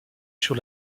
sur